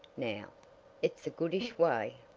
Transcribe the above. now it's a goodish way.